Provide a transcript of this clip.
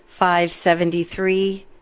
573